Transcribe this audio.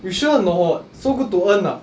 you sure or not so good to earn ah